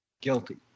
Guilty